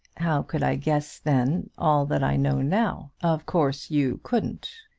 how could i guess then all that i know now? of course you couldn't.